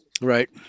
Right